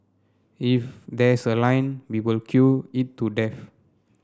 if there's a line we will queue it to death